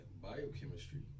biochemistry